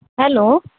hello